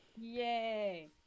yay